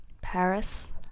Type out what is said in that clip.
Paris